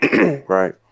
right